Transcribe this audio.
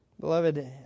Beloved